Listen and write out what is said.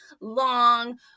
long